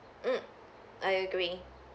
mm I agree